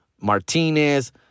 Martinez